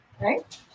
Right